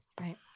Right